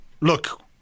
look